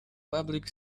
public